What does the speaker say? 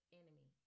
enemy